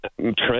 Trent